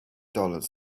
dollars